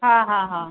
हां हां हां